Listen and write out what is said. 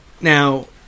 Now